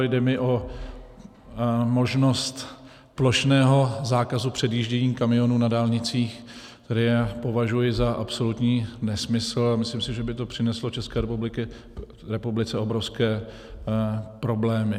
Jde mi o možnost plošného zákazu předjíždění kamionů na dálnicích, který já považuji za absolutní nesmysl a myslím si, že by to přineslo České republice obrovské problémy.